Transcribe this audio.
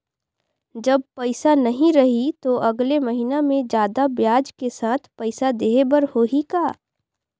जब पइसा नहीं रही तो अगले महीना मे जादा ब्याज के साथ पइसा देहे बर होहि का?